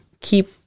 keep